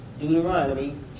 Deuteronomy